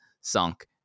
sunk